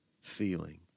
feeling